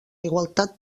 igualtat